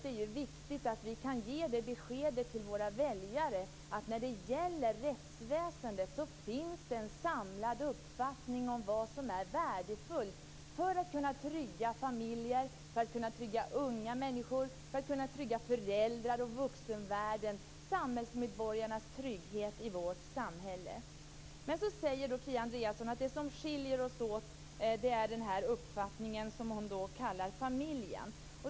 Det är viktigt att vi kan ge beskedet till våra väljare att när det gäller rättsväsendet finns det en samlad uppfattning om vad som är värdefullt för att kunna trygga familjer, unga människor, föräldrar och vuxenvärlden - kort sagt: samhällsmedborgarnas trygghet i vårt samhälle. Men så säger Kia Andreasson att det som skiljer oss åt är uppfattningen om det hon kallar familjen.